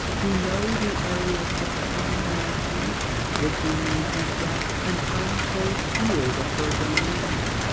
to know the areas of charm and imagination which remain as yet an untilled field of her domain.